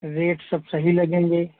rate सब सही लगेंगे